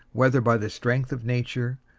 whether by the strength of nature,